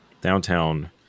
downtown